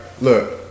Look